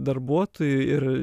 darbuotojų ir